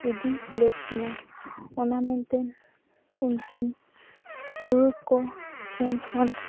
ᱤᱫᱤᱞᱮᱫᱠᱤᱱᱟᱹ ᱚᱱᱟ ᱢᱮᱱᱛᱮ ᱩᱱᱠᱤᱱ ᱛᱩᱲᱩᱠ ᱠᱚ ᱴᱷᱮᱱᱠᱷᱚᱱ